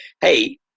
hey